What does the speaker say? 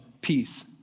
Peace